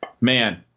man